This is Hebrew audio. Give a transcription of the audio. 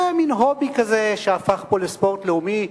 זה מין הובי כזה, שהפך פה לספורט לאומי,